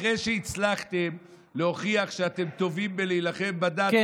אחרי שהצלחתם להוכיח שאתם טובים בלהילחם בדת,